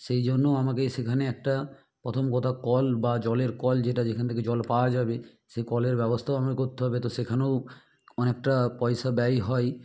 সেই জন্যও আমাকে সেখানে একটা প্রথম কথা কল বা জলের কল যেটা যেখান থেকে জল পাওয়া যাবে সেই কলের ব্যবস্থাও আমায় করতে হবে তো সেখানেও অনেকটা পয়সা ব্যয় হয়